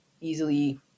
easily